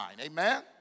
Amen